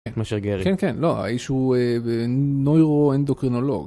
‫כמו שגרת. ‫-כן, כן, לא, האיש הוא נוירו-אנדוקרנולוג.